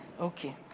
Okay